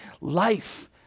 life